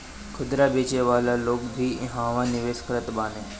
खुदरा बेचे वाला लोग भी इहवा निवेश करत बाने